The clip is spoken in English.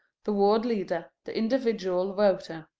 the ward leader, the individual voter.